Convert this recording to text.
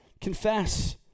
Confess